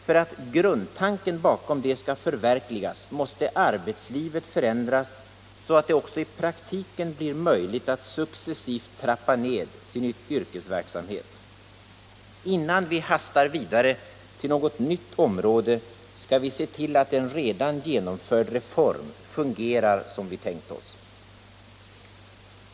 För att grundtanken bakom det skall förverkligas måste arbetslivet förändras så att det också i praktiken blir möjligt att successivt trappa ned sin yrkesverksamhet. Innan vi hastar vidare till något nytt område skall vi se till att en redan genomförd reform fungerar som vi tänkt oss.